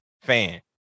fan